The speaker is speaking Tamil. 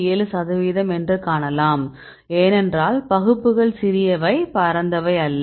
7 சதவிகிதம் என்று காணலாம் ஏனென்றால் பகுப்புகள் சிறியவை பரந்தவை இல்லை